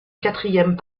quatrième